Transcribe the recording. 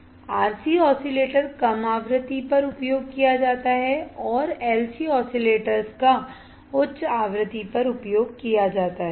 RC oscillators कम आवृत्ति पर उपयोग किया जाता है और LC ऑसिलेटर्स का उच्च आवृत्ति पर उपयोग किया जाता है